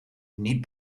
niet